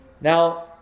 Now